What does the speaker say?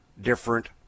different